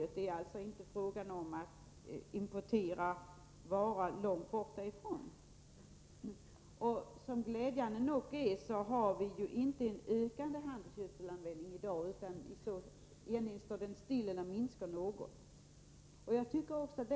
Det är alltså inte fråga om att importera varan långväga ifrån. Glädjande nog har vi inte en ökande användning av handelsgödsel i dag — användningen är antingen oförändrad eller också minskar den något.